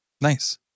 Nice